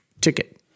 ticket